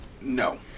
No